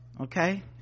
okay